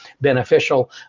beneficial